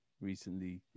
recently